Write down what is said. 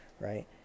right